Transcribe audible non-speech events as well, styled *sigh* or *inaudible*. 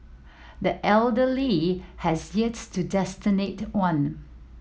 the elder Lee has yet to *unintelligible* one